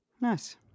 Nice